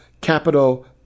capital